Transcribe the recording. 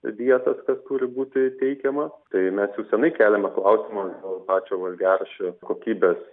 dietas kas turi būti teikiama tai mes jau senai keliame klausimą dėl pačio valgiaraščio kokybės